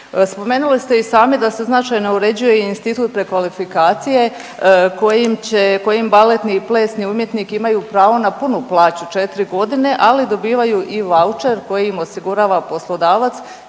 Spomenuli ste i sami da se značajno uređuje i institut prekvalifikacije kojim će, kojim baletni i plesni umjetnik imaju pravo na punu plaću 4 godine, ali dobivaju i vaučer koji im osigurava poslodavac